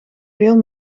veel